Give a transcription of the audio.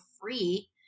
free